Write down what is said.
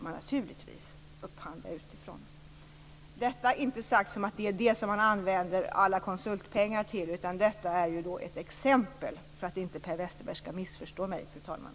Med detta har jag inte sagt att Posten använder alla konsultpengar till 2000 problemet. Det är bara ett exempel, så att Per Westerberg inte skall missförstå mig, fru talman.